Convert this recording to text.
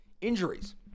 injuries